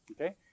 okay